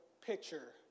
picture